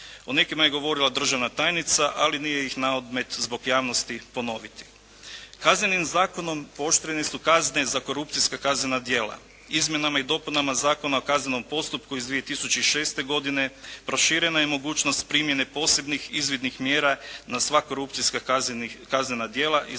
O nekima je govorila državna tajnica, ali nije ih naodmet zbog javnosti ponoviti. Kaznenim zakonom pooštrene su kazne za korupcijska kaznena djela. Izmjenama i dopunama Zakona o kaznenom postupku iz 2006. godine proširena je mogućnost primjene posebnih izvidnih mjera na sva korupcijska kaznena djela iz